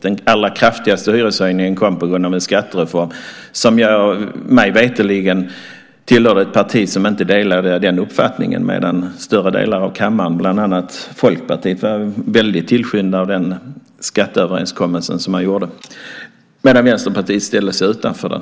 Den allra kraftigaste hyreshöjningen kom på grund av en skattereform. Mig veterligen tillhör jag ett parti som inte delade den uppfattningen. Stora delar av kammaren, bland annat Folkpartiet, var väldiga tillskyndare av den skatteöverenskommelse man gjorde medan Vänsterpartiet ställde sig utanför den.